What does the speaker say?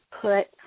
put